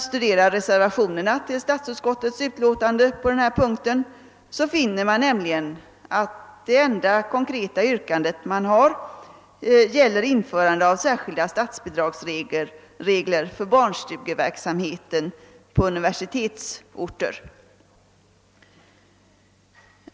Studerar man reservationerna till statsutskottets utlåtande på denna punkt, finner man nämligen att de borgerligas enda konkreta yrkande gäller införande av särskilda statsbidragsregler för barnstugeverksamheten på universitetsorter.